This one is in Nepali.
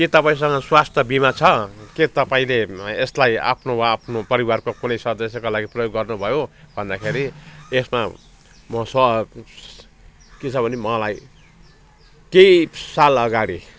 के तपाईँसँग स्वस्थ बिमा छ के तपाईँले यसलाई आफ्नो वा आफ्नो परिवारको कुनै सदस्यको लागि प्रयोग गर्नुभयो भन्दाखेरि यसमा म स के छ भने मलाई केही साल अगाडि